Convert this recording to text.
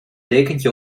dekentje